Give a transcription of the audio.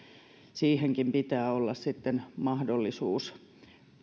siihenkin pitää olla sitten mahdollisuus ja se